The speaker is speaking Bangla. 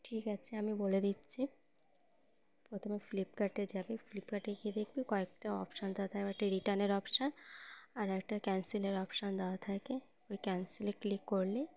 ঠিক আছে আমি বলে দিচ্ছি প্রথমে ফ্লিপকার্টে যাবি ফ্লিপকার্টে গিয়ে দেখবি কয়েকটা অপশন দেওয়া থাকে একটা রিটার্নের অপশন আর একটা ক্যান্সেলের অপশন দেওয়া থাকে ওই ক্যান্সেলে ক্লিক করলে